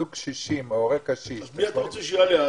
זוג קשישים או הורה קשיש --- מי אתה רוצה שיעלה,